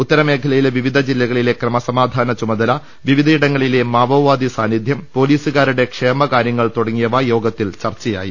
ഉത്തരമേഖലയിലെ വിവിധ ജില്ലകളിലെ ക്രമസമാധാന് ചുമതല വിവിധ ഇടങ്ങളിലെ മാവോവാദി സാന്നിധ്യം പൊലീസുകാരുടെ ക്ഷേമകാരൃങ്ങൾ തുടങ്ങി യവ യോഗത്തിൽ ചർച്ചയായി